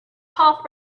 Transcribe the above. half